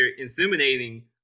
inseminating